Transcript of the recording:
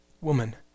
Woman